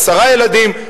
עשרה ילדים,